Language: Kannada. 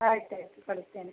ಆಯಿತು ಆಯಿತು ಕಳಿಸ್ತೇನೆ